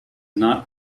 not